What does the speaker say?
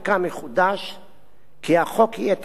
כי החוק יהיה תקף על אף פסיקת בית-המשפט.